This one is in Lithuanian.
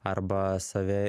arba save